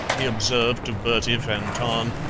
he observed to bertie van tahn,